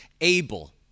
able